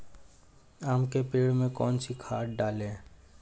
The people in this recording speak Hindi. आम के पेड़ में कौन सी खाद डालें?